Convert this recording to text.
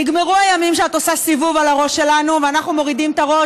נגמרו הימים שאת עושה סיבוב על הראש שלנו ואנחנו מורידים את הראש